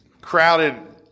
crowded